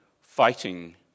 fighting